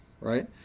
right